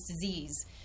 disease